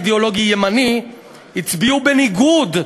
אדוני יושב-ראש ועדת החוקה,